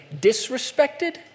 disrespected